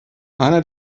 eine